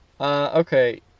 Okay